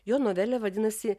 jo novelė vadinasi